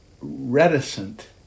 reticent